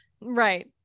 Right